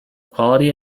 quality